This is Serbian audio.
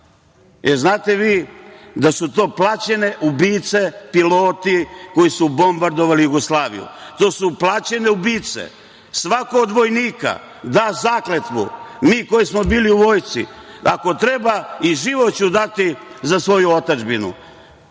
Jel znate vi da su to plaćene ubice, piloti, koji su bombardovali Jugoslaviju? Svako od vojnika da zakletvu, mi koji smo bili u vojsci, ako treba i život ću dati za svoju otadžbinu.